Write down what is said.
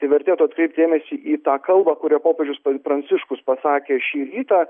vertėtų atkreipt dėmesį į tą kalbą kurią popiežius pranciškus pasakė šį rytą